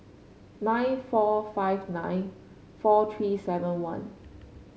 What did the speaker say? nine four five nine four three seven one